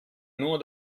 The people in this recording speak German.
nur